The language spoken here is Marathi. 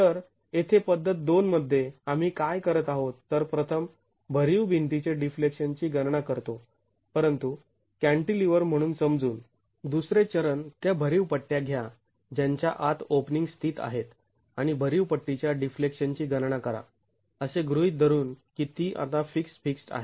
तर येथे पद्धत २ मध्ये आम्ही काय करत आहोत तर प्रथम भरीव भिंतीचे डिफ्लेक्शन ची गणना करतो परंतु कॅण्टिलीवर म्हणून समजून दूसरे चरण त्या भरीव पट्ट्या घ्या ज्यांच्या आत ओपनिंग स्थित आहेत आणि भरीव पट्टीच्या डिफ्लेक्शन ची गणना करा असे गृहीत धरून की ती आता फिक्स्ड् फिक्स्ड् आहे